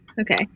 Okay